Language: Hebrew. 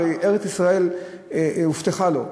הרי ארץ-ישראל הובטחה לו,